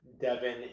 Devin